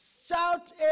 Shout